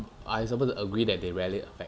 I suppose to agree that they rarely affect